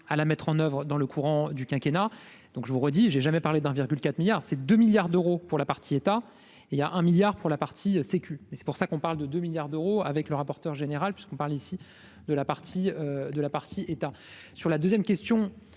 à la mettre en oeuvre dans le courant du quinquennat donc je vous redis j'ai jamais parlé d'un virgule 4 milliards ces 2 milliards d'euros pour la partie état il y a 1 milliard pour la partie Sécu et c'est pour ça qu'on parle de 2 milliards d'euros avec le rapporteur général puisqu'on parle ici de la partie de la partie. Sur la 2ème question